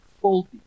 faulty